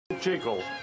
Jiggle